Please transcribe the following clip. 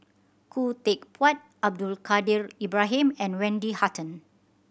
Khoo Teck Puat Abdul Kadir Ibrahim and Wendy Hutton